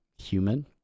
human